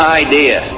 idea